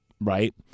right